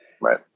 Right